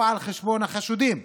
או על חשבון החשודים,